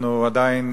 אנחנו עדיין